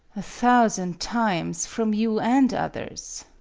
a thousand times from you and others.